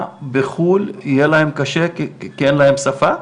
בחו"ל יהיה להם קשה כי אין להם שפה?